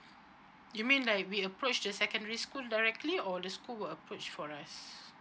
you mean like we approached the secondary school directly or the school will approach for us